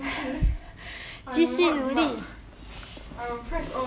okay I will not give up I will press on